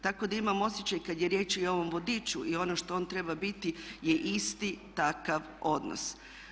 Tako da imam osjećaj kada je riječ i o ovom vodiču i ono što on treba biti je isti takav odnos.